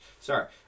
sorry